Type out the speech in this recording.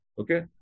Okay